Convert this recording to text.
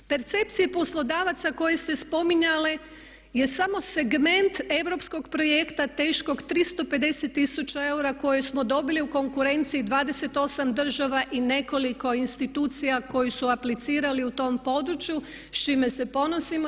Percepcije poslodavaca koje ste spominjale je samo segment Europskog projekta teškog 350 tisuća eura koje smo dobili u konkurenciji 28 država i nekoliko institucija koje su aplicirali u tom području s čime se ponosimo.